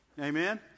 Amen